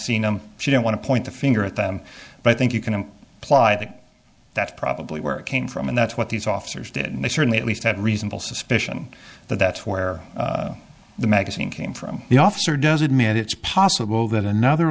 seeing them she didn't want to point the finger at them but i think you can apply that that's probably where it came from and that's what these officers did and they certainly at least had reasonable suspicion that that's where the magazine came from the officer does admit it's possible that another